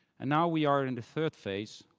and now, we are in the third phase,